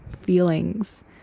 feelings